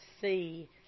see